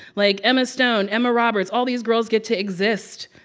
like, emma stone, emma roberts all these girls get to exist,